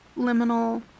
liminal